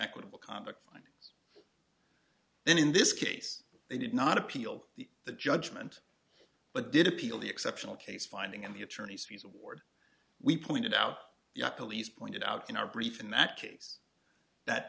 equitable conduct then in this case they did not appeal the the judgment but did appeal the exceptional case finding in the attorney's fees award we pointed out yet police pointed out in our brief in that case that